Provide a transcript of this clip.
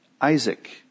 Isaac